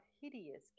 hideous